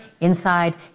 inside